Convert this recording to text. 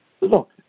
look